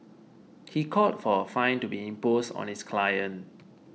he called for a fine to be imposed on his client